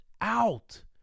out